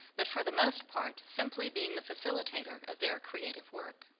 but for the most part simply being the facilitator of their creative work.